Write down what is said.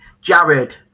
Jared